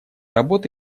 работ